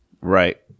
Right